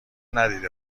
ندیده